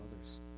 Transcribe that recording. others